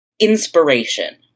inspiration